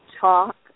talk